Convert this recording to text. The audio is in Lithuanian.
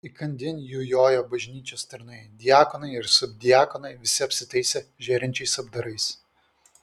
įkandin jų jojo bažnyčios tarnai diakonai ir subdiakonai visi apsitaisę žėrinčiais apdarais